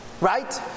Right